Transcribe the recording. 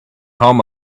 home